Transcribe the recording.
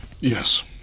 Yes